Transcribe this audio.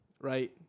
right